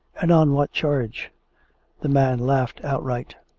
and on what charge the man laughed outright.